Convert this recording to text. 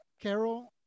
Carol